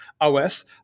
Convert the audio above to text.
OS